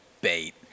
bait